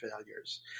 failures